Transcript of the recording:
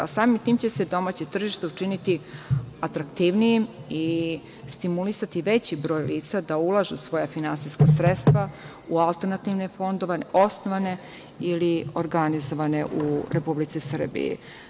Samim tim će se domaće tržište učiniti atraktivnijim i stimulisati veći broj lica da ulažu svoja finansijska sredstva u alternativne fondove, osnovane ili organizovane u Republici Srbiji.